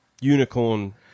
Unicorn